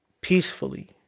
peacefully